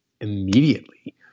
immediately